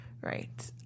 Right